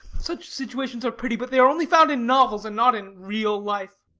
such situations are pretty, but they are only found in novels and not in real life.